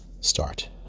start